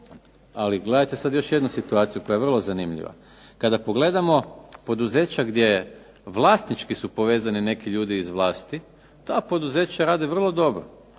ali gledajte sad još jednu situaciju koja je vrlo zanimljiva. Kada pogledamo poduzeća gdje vlasnički su povezani neki ljudi iz vlasti ta poduzeća rade vrlo dobro.